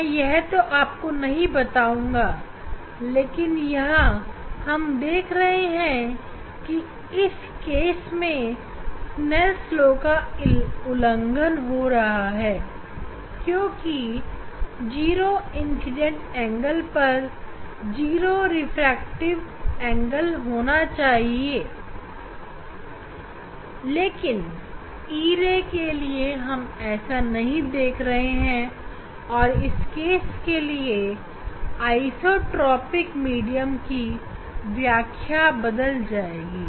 मैं यह तो आपको नहीं बताऊंगा लेकिन यहां हम देख रहे हैं कि इस प्रकरण में स्नेल लाSnell's law का उल्लंघन हो रहा है क्योंकि 0 इंसीडेंट एंगल पर 0 रिफ्रैक्टेड एंगल होना चाहिए लेकिन e ray के लिए हम ऐसा नहीं देख रहे हैं और इस प्रकरण के लिए आइसोटोपिक मीडियम की व्याख्या बदल जाएगी